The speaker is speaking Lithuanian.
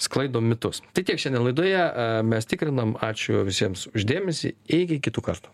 sklaido mitus tai tiek šiandien laidoje mes tikriname ačiū visiems už dėmesį iki kitų kartų